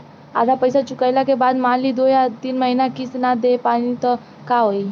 आधा पईसा चुकइला के बाद मान ली दो या तीन महिना किश्त ना दे पैनी त का होई?